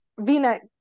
v-neck